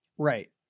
Right